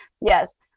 yes